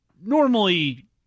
normally